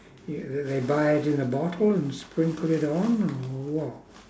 y~ do they buy it in a bottle and sprinkle it on or what